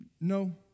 no